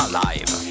Alive